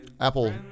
Apple